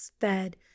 fed